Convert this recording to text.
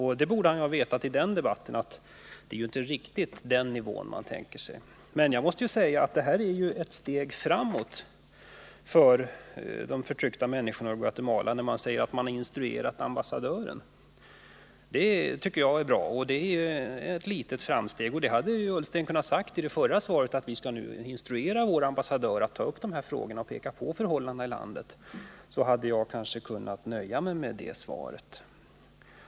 Han borde ha vetat att det inte var riktigt den nivån jag hade tänkt mig. Det är stort steg för de förtryckta människorna i Guatemala när regeringen nu har instruerat ambassadören. Det är bra. Ola Ullsten hade kunnat säga i det förra svaret att man skulle instruera vår ambassadör att ta upp dessa frågor och peka på förhållandena i landet, och då kanske jag hade nöjt mig med det svaret.